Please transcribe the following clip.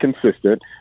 consistent